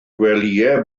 gwelyau